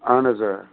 اہن حظ آ